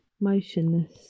motionless